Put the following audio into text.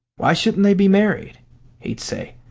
why shouldn't they be married he'd say,